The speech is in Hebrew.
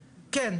על הזבל כן,